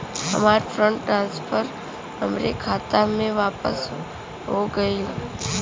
हमार fund transfer हमरे खाता मे वापस हो गईल